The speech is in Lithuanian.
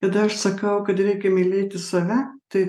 kada aš sakau kad reikia mylėti save tai